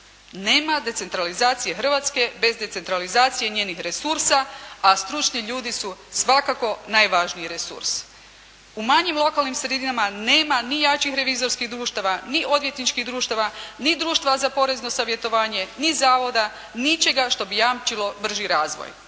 Nema decentralizacije Hrvatske bez decentralizacije njenih resursa, a stručni ljudi su svakako najvažniji resurs. U manjim lokalnim sredinama nema ni jačih revizorskih društava, ni odvjetničkih društava, ni društava za porezno savjetovanje, ni zavoda, ničega što bi jamčilo brži razvoj.